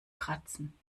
kratzen